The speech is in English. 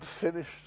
finished